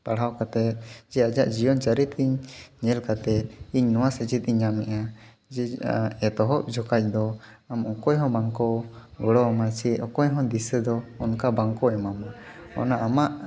ᱯᱟᱲᱦᱟᱣ ᱠᱟᱛᱮ ᱪᱮ ᱟᱡᱟᱜ ᱡᱤᱭᱚᱱ ᱪᱟᱨᱤᱛᱤᱧ ᱧᱮᱞ ᱠᱟᱛᱮ ᱤᱧ ᱱᱚᱣᱟ ᱥᱮᱪᱮᱫ ᱤᱧ ᱧᱟᱢᱮᱜᱼᱟ ᱡᱮ ᱮᱛᱚᱦᱚᱵ ᱡᱚᱠᱷᱟᱡ ᱫᱚ ᱟᱢ ᱚᱠᱚᱭ ᱦᱚᱸ ᱵᱟᱝᱠᱚ ᱜᱚᱲᱚᱣᱟᱢᱟ ᱪᱮ ᱚᱠᱚᱭ ᱦᱚᱸ ᱫᱤᱥᱟᱹ ᱫᱚ ᱚᱱᱠᱟ ᱵᱟᱝᱠᱚ ᱮᱢᱟᱢᱟ ᱚᱱᱟ ᱟᱢᱟᱜ